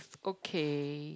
okay